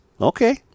Okay